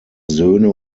söhne